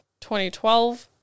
2012